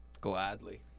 Gladly